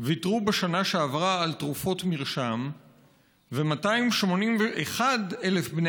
ויתרו בשנה שעברה על תרופות מרשם ו-281,000 בני